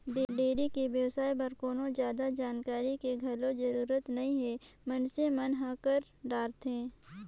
dairy के बेवसाय बर कोनो जादा जानकारी के घलोक जरूरत नइ हे मइनसे मन ह कर डरथे